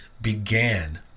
began